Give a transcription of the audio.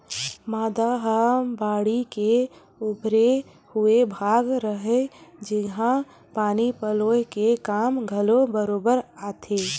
मांदा ह बाड़ी के उभरे हुए भाग हरय, जेनहा पानी पलोय के काम घलो बरोबर आथे